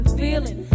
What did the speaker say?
feeling